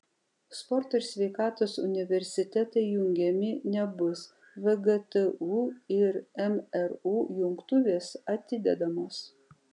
sporto ir sveikatos universitetai jungiami nebus vgtu ir mru jungtuvės atidedamos